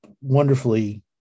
wonderfully